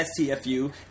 STFU